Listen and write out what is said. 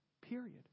period